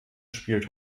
spielt